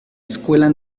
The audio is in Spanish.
escuela